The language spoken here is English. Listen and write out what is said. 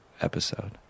episode